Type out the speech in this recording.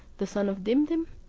the son of dimdim,